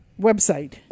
website